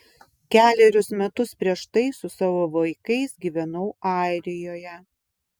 kelerius metus prieš tai su savo vaikais gyvenau airijoje